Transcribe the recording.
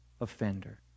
offender